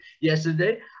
yesterday